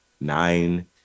nine